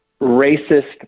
racist